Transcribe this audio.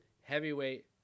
Heavyweight